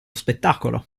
spettacolo